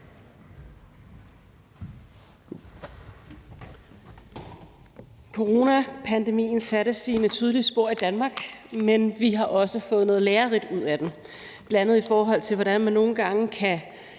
Coronapandemien satte sine tydelige spor i Danmark, men vi har også fået noget lærerigt ud af den, bl.a. i forhold til hvordan man nogle gange kan